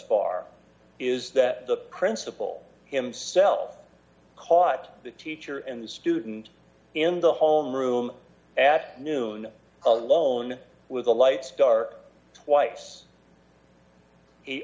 far is that the principal himself caught the teacher and student in the home d room at noon alone with a light star twice he